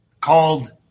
called